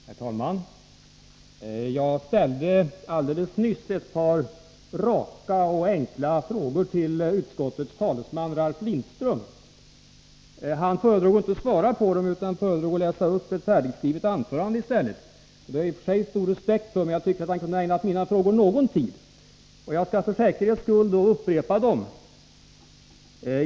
Herr talman! Jag ställde alldeles nyss ett par raka och enkla frågor till utskottets talesman, Ralf Lindström. Han föredrog att inte svara på dem utan valde att i stället läsa upp ett färdigskrivet anförande. Det har jag i och för sig stor respekt för, men jag tycker att han kunde ha ägnat mina frågor någon tid. Jag skall för säkerhets skull upprepa dem.